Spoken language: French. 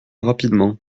rapidement